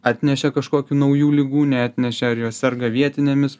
atnešė kažkokių naujų ligų neatnešė ar jos serga vietinėmis